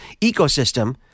ecosystem